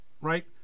right